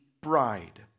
bride